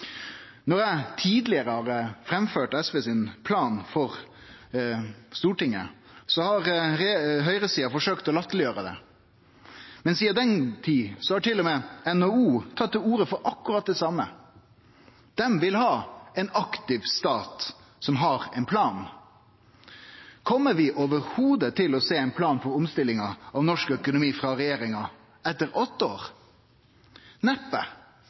Når eg tidlegare har framført SV sin plan for Stortinget, har høgresida forsøkt å latterleggjere det. Men sidan den tid har til og med NHO teke til orde for akkurat det same. Dei vil ha ein aktiv stat som har ein plan. Kjem vi i det heile til å sjå ein plan for omstilling av norsk økonomi frå regjeringa etter åtte år? Neppe,